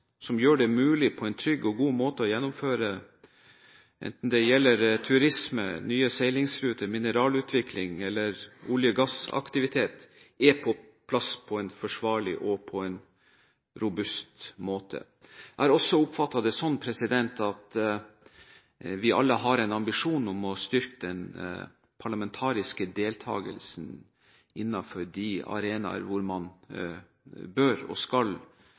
som gjør det mulig – på en trygg og god måte – å gjennomføre turisme, nye seilingsruter, mineralutvikling eller olje- og gassaktivitet, er på plass på en forsvarlig og robust måte. Jeg har også oppfattet det slik at vi alle har en ambisjon om å styrke den parlamentariske deltakelsen innenfor arenaene hvor man bør og skal